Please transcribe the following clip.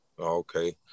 Okay